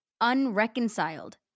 Unreconciled